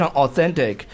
authentic，